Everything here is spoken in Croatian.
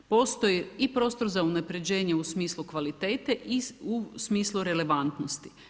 Postoji i prostro za unaprjeđenje u smislu kvalitete i u smislu relevantnosti.